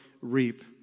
reap